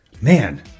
Man